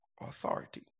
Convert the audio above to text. authority